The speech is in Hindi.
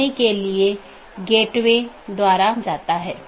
दूसरे अर्थ में यह ट्रैफिक AS पर एक लोड है